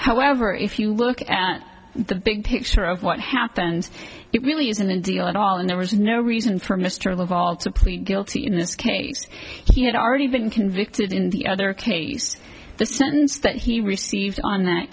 however if you look at the big picture of what happened it really isn't a deal at all and there was no reason for mr laval to plead guilty in this case he had already been convicted in the other case the sentence that he received on that